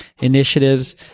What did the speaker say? initiatives